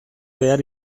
behar